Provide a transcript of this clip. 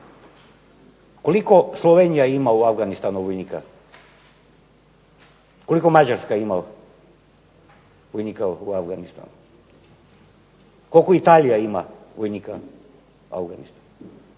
Koliko Slovenija ima u Afganistanu vojnika? Koliko Mađarska ima vojnika u Afganistanu? Koliko Italija ima vojnika u Afganistanu?